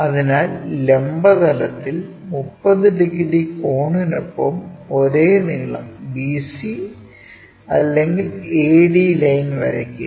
അതിനാൽ ലംബ തലത്തിൽ 30 ഡിഗ്രി കോണിനൊപ്പം ഒരേ നീളം BC അല്ലെങ്കിൽ AD ലൈൻ വരയ്ക്കുക